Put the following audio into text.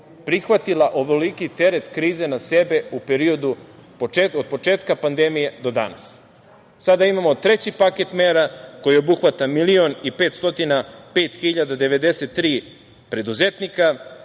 prihvatila ovoliki teret krize na sebe u periodu od početka pandemije do danas? Sada imamo treći paket mera koji obuhvata 1.505.093 preduzetnika,